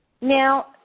Now